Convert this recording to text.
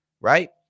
right